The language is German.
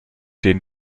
den